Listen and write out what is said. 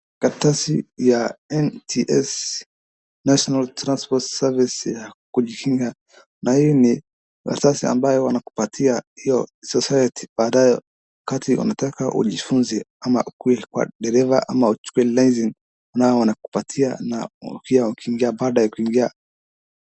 Karatasi ya NTSA, National transport service ya kujikinga na hii ni karatasi ambayo wanakupatia hiyo society baadae wakati wanataka ujifunze ama ukuwe dereva ama uchukue license nayo wanakupatia na pia baada ya kuingia.